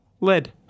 Lead